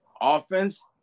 offense